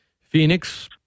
Phoenix